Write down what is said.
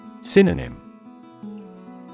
Synonym